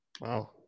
wow